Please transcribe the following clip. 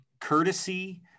courtesy